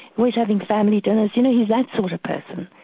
always having family dinners, you know, he's that sort of person,